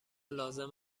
لازم